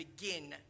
begin